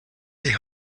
they